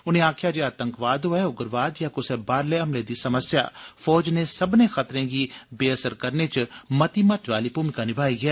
उन्ने आक्खेया जे आतंकवाद होऐ उग्रवाद या क्सै बाहरले हमले दी समस्या फौज नै सब्बने खतरे गी बे असर करने च मती महत्वै आली भूमिका निभाई ऐ